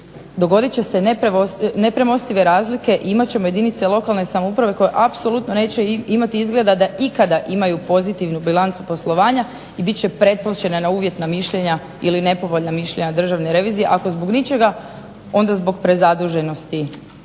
dogodit će se nepremostive razlike i imat ćemo jedinice lokalne samouprave koje apsolutno neće imati izgleda da ikada imaju pozitivnu bilancu poslovanja i bit će pretplaćene na uvjetna mišljenja ili nepovoljna mišljenja Državne revizije ako zbog ničega onda zbog prezaduženosti